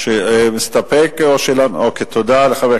מסתפק, או שאלה נוספת?